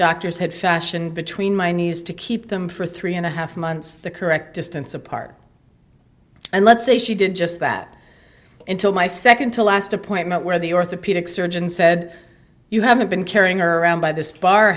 doctors had fashioned between my knees to keep them for three and a half months the correct distance apart and let's say she did just that until my second to last appointment where the orthopedic surgeon said you haven't been carrying around by this bar